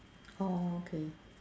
orh okay